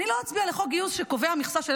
אני לא אצביע לחוק גיוס שקובע מכסה של